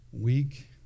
week